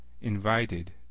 invited